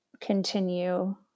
continue